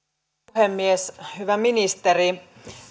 puhemies hyvä ministeri